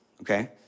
okay